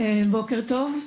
בוקר טוב.